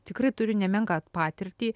tikrai turi nemenką patirtį